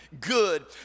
good